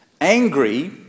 Angry